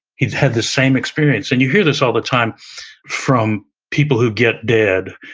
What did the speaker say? he'd had the same experience and you hear this all the time from people who get dead,